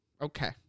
Okay